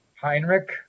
Heinrich